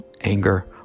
anger